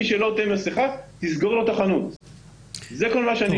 תנסו את כל הטריקים שאתם יכולים לחשוב עליהם כדי לעודד אנשים להתחסן.